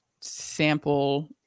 sample